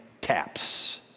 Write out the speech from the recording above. taps